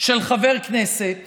של חבר כנסת